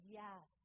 yes